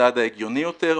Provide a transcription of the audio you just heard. הצעד ההגיוני יותר.